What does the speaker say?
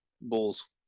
Bulls